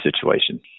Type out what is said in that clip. situation